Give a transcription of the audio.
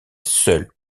seule